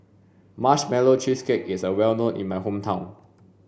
marshmallow cheesecake is well known in my hometown